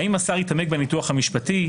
האם השר יתעמק בניתוח המשפטי,